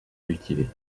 cultivée